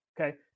okay